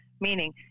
meaning